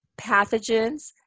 pathogens